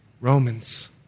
Romans